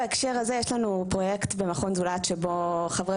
בהקשר הזה יש לנו פרויקט במכון זולת שבו חברי